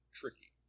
tricky